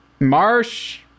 Marsh